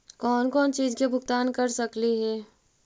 कौन कौन चिज के भुगतान कर सकली हे?